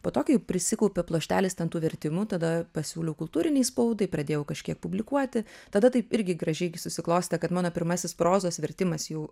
po to kai prisikaupė pluoštelis ten tų vertimų tada pasiūliau kultūrinei spaudai pradėjau kažkiek publikuoti tada taip irgi gražiai gi susiklostė kad mano pirmasis prozos vertimas jau